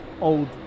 old